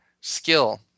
skill